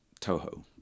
Toho